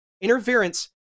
Interference